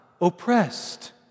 oppressed